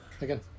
Again